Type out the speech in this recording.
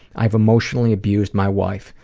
i've emotionally abused my wife,